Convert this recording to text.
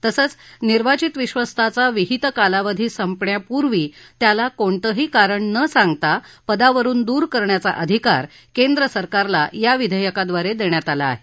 तसंच निर्वाचित विश्वस्ताचा विहित कालावधी संपण्यापूर्वी त्याला कोणतेही कारण न सांगता पदावरुन दूर करण्याचा अधिकार केंद्र सरकारला या विधेयकाद्वारे देण्यात आला आहे